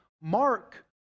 Mark